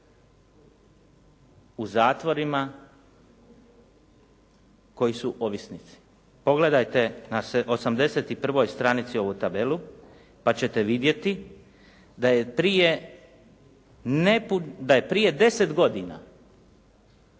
u zatvorima koji su ovisnici. Pogledajte na 81. stranici ovu tabelu pa ćete vidjeti da je prije 10 godina